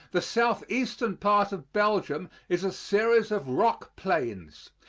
the southeastern part of belgium is a series of rock plains,